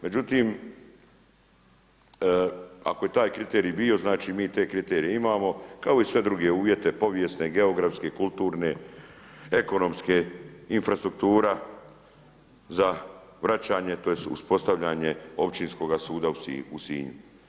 Međutim, ako je taj kriterij bio znači mi te kriterije imamo kao i sve druge uvjete, povijesne, geografske, kulturne, ekonomske, infrastruktura za vraćanje tj. uspostavljanje Općinskoga suda u Sinju.